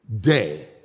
Day